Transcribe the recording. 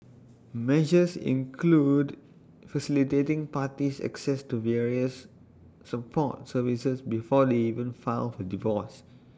measures include facilitating parties access to various support services before they even file for divorce